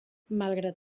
malgrat